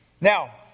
Now